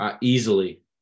Easily